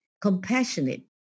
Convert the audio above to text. compassionate